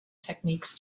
techniques